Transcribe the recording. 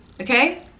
okay